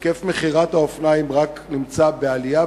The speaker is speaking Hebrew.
היקף מכירת האופניים רק נמצא בעלייה,